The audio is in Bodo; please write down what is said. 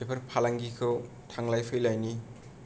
बेफोर फालांगिखौ थांलाय फैलायनि